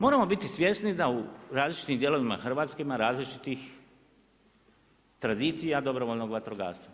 Moramo biti svjesni da u različnim dijelovima Hrvatske ima različitih tradicija dobrovoljnog vatrogastva.